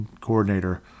coordinator